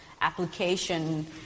application